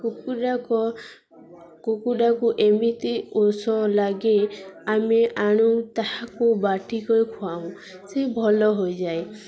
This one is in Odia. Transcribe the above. କୁକୁଡ଼ାକ କୁକୁଡ଼ାକୁ ଏମିତି ଔଷଧ ଲାଗେ ଆମେ ଆଣୁ ତାହାକୁ ବାଟିିକି ଖୁଆଉଁ ସେ ଭଲ ହୋଇଯାଏ